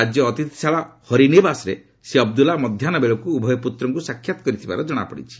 ରାଜ୍ୟ ଅତିଥିଶାଳା ହରିନିବାସରେ ଶ୍ରୀ ଅବଦୁଲ୍ଲା ମଧ୍ୟାହ୍ନ ବେଳକୁ ଉଭୟ ପୁତ୍ରଙ୍କୁ ସାକ୍ଷାତ କରିଥିବାର ଜଣାପଡ଼ିଛି